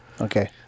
Okay